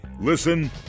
Listen